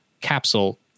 capsule